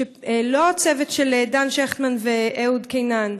לא הצוות של דן שכטמן ואהוד קינן,